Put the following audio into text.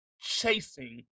chasing